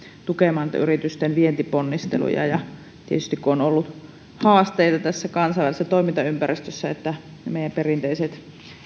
tukemaan yritysten vientiponnisteluja tietysti kun on ollut haasteita tässä kansainvälisessä toimintaympäristössä ne meidän perinteiset